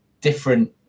different